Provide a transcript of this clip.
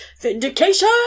vindication